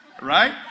Right